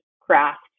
craft